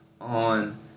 on